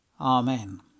Amen